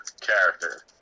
character